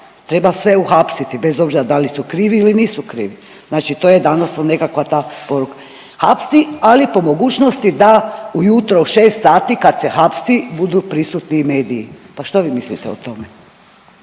Treba sve uhapsiti bez obzira da li su krivi ili nisu krivi. Znači to je danas nekakva ta poruka. Hapsi, ali po mogućnosti da ujutro u 6 sati kad se hapsi budu prisutni i mediji. Pa što vi mislite o tome?